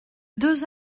deux